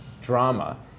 drama